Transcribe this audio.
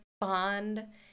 bond